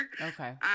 Okay